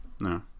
no